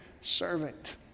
servant